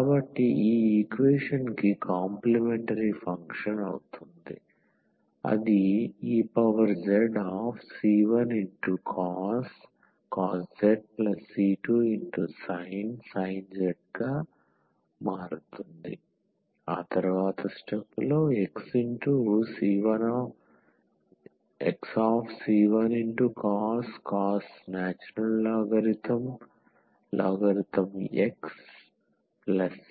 కాబట్టి ఈ ఈక్వేషన్ కి కాంప్లిమెంటరీ ఫంక్షన్ అవుతుంది ezc1cos z c2sin z xc1cos ln x